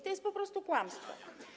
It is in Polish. To jest po prostu kłamstwo.